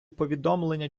повідомлення